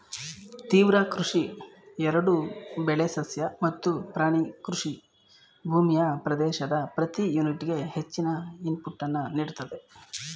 ತೀವ್ರ ಕೃಷಿ ಎರಡೂ ಬೆಳೆ ಸಸ್ಯ ಮತ್ತು ಪ್ರಾಣಿ ಕೃಷಿ ಭೂಮಿಯ ಪ್ರದೇಶದ ಪ್ರತಿ ಯೂನಿಟ್ಗೆ ಹೆಚ್ಚಿನ ಇನ್ಪುಟನ್ನು ನೀಡ್ತದೆ